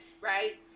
right